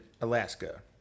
Alaska